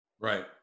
Right